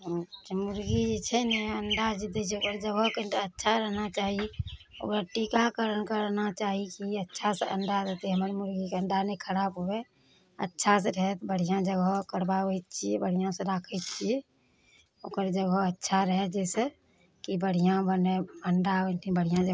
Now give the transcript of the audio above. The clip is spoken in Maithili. मुर्गी जे छै ने अण्डा जे दै छै ओकर जगह कनिटा अच्छा रहना चाही ओकर टीकाकरण करना चाही कि अच्छासँ अण्डा देतय हमर मुर्गीके अण्डा नहि खराब हुए अच्छासँ रहत बढ़िआँ जगह करबाबय छियै बढ़िआँसँ राखय छियै ओकर जगह अच्छा रहय जैसे कि बढ़िआँ बनय अण्डा ओइठिन बढ़िआँ जकाँ